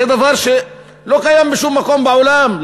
זה דבר שלא קיים בשום מקום בעולם,